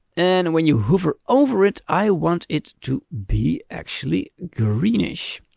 and when you hover over it, i want it to be actually greenish!